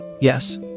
Yes